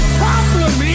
problem